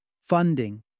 funding